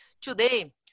Today